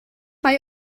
mae